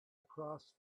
across